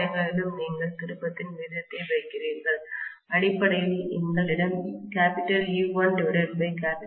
எல்லா இடங்களிலும் நீங்கள் திருப்பத்தின் விகிதத்தை வைக்கிறீர்கள் அடிப்படையில் எங்களிடம் E1E2N1N2 உள்ளது